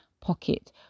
pocket